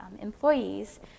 employees